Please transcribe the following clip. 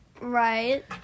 Right